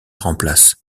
remplace